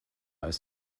ist